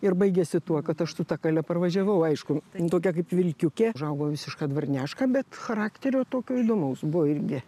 ir baigėsi tuo kad aš su ta kale parvažiavau aišku tokia kaip vilkiukė užaugo visiška dvarniaška bet charakterio tokio įdomaus buvo irgi